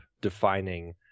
defining